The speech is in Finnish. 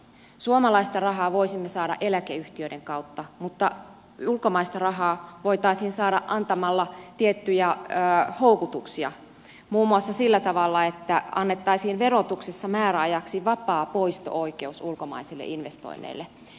suomalaista rahaa voisimme saada eläkeyhtiöiden kautta mutta ulkomaista rahaa voitaisiin saada antamalla tiettyjä houkutuksia muun muassa sillä tavalla että annettaisiin verotuksessa määräajaksi vapaa poisto oikeus ulkomaisille investoinneille